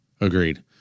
Agreed